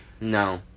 No